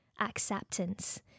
acceptance